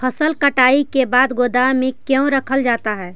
फसल कटाई के बाद गोदाम में क्यों रखा जाता है?